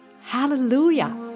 Hallelujah